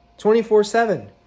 24-7